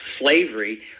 slavery